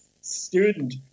student